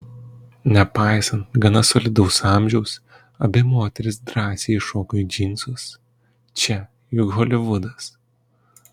nepaisant gana solidaus amžiaus abi moterys drąsiai įšoko į džinsus čia juk holivudas